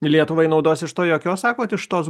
lietuvai naudos iš to jokios sakot iš tos